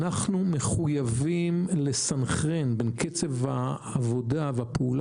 אנו מחויבים לסנכרן בין קצב העבודה והפעולה